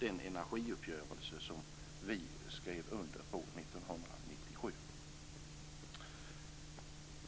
den energiuppgörelse som vi skrev under 1997.